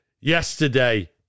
yesterday